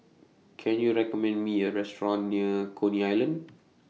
Can YOU recommend Me A Restaurant near Coney Island